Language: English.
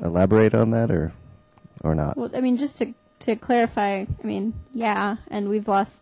to elaborate on that or or not i mean just to clarify i mean yeah and we've lost